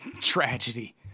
tragedy